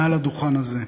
מעל הדוכן הזה.